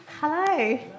Hello